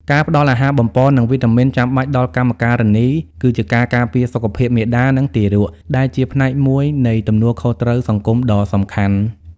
ការផ្ដល់អាហារបំប៉ន និងវីតាមីនចាំបាច់ដល់កម្មការិនី គឺជាការការពារសុខភាពមាតា និងទារក ដែលជាផ្នែកមួយនៃទំនួលខុសត្រូវសង្គមដ៏សំខាន់។